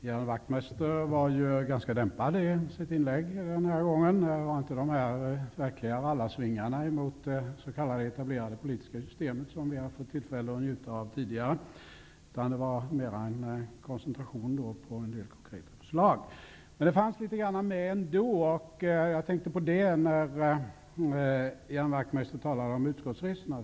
Herr talman! Ian Wachtmeister var ganska dämpad i sitt inlägg den gången; det var inte de riktiga rallarsvingarna mot det s.k. etablerade politiska systemet som vi har fått njuta av tidigare, utan mer en koncentration på konkreta förslag. Men jag vill kommentera Ian Wachtmeisters tal om utskottsresorna.